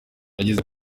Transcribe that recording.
yagize